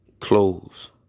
clothes